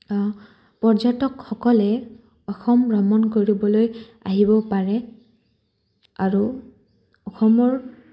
পৰ্যটকসকলে অসম ভ্ৰমণ কৰিবলৈ আহিব পাৰে আৰু অসমৰ